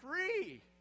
free